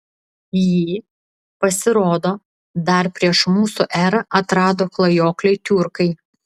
jį pasirodo dar prieš mūsų erą atrado klajokliai tiurkai